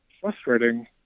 frustrating